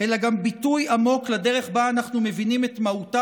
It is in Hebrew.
אלא גם ביטוי עמוק לדרך שבה אנחנו מבינים את מהותה